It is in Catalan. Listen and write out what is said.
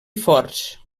forts